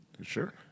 Sure